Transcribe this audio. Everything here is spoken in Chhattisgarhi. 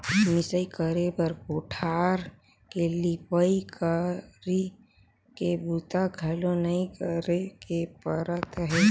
मिंसई करे बर कोठार के लिपई, खरही के बूता घलो नइ करे के परत हे